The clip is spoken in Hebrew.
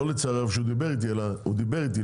לא לצערי הרב שהוא דיבר איתי אלא הוא דיבר איתי,